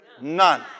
None